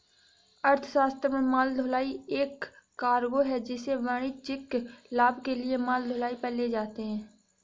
अर्थशास्त्र में माल ढुलाई एक कार्गो है जिसे वाणिज्यिक लाभ के लिए माल ढुलाई पर ले जाते है